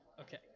Okay